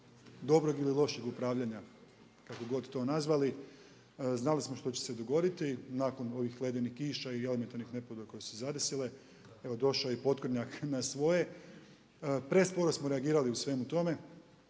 dobrog ili lošeg upravljanja, kako god to nazvali, znali smo što će se dogoditi nakon ovih ledenih kiša i elementarnih nepogoda koje su zadesile, evo došao je i potkornjak na svoje, presporo smo reagirali u svemu tome.